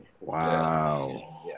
Wow